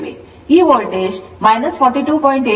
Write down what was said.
ಈ ವೋಲ್ಟೇಜ್ 42